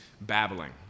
babbling